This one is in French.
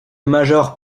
major